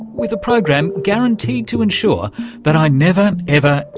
with a program guaranteed to ensure that i never, ever,